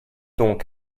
donc